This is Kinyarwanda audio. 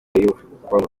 yiyumvamo